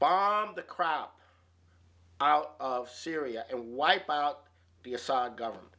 bomb the crap out of syria and wipe out the assad government